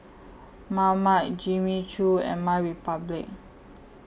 Marmite Jimmy Choo and MyRepublic